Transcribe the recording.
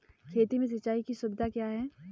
खेती में सिंचाई की सुविधा क्या है?